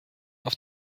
auf